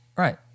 Right